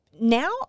now